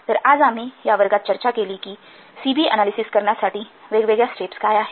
तर आज आम्ही या वर्गात चर्चा केली कि सी बी अनालिसिस करण्यासाठी वेगवेगळ्या स्टेप्स काय आहेत